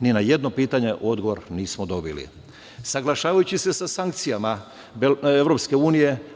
Ni na jedno pitanje odgovor nismo dobili. Saglašavajući se sa sankcijama EU